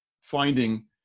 finding